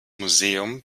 museum